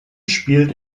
spielt